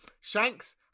Shanks